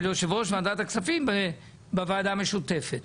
יושב ראש ועדת הכספים בוועדה המשותפת.